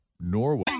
Norway